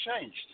changed